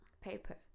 Paper